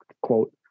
quote